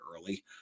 early